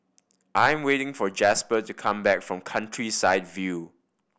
I'm waiting for Jasper to come back from Countryside View